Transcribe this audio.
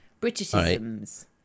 Britishisms